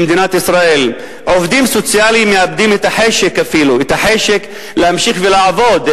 במדינת ישראל עובדים סוציאליים מאבדים את החשק אפילו להמשיך לעבוד,